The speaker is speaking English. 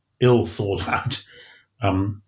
ill-thought-out